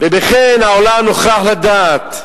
ובכן, העולם נוכח לדעת,